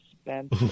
spent